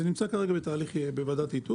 זה נמצא בתהליך של ועדת איתור.